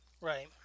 right